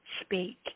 speak